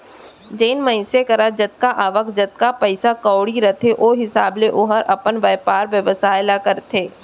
जेन मनसे करा जतका आवक, जतका पइसा कउड़ी रथे ओ हिसाब ले ओहर अपन बयपार बेवसाय ल करथे